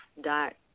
dot